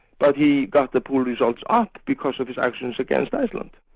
but he got the poll results up because of his actions against iceland.